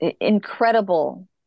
Incredible